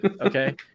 okay